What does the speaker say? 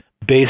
based